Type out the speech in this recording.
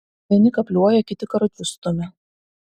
vieni kapliuoja kiti karučius stumia